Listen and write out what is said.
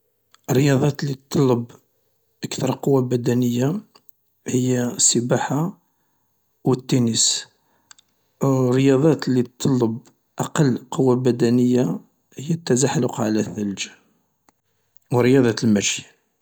الرياضات اللي تتطلب اكثر قوة بدنية هي السباحة والتنس، الرياضات اللي تتطلب أقل قوة بدنية هي التزحلق على الثلج و رياضة المشي.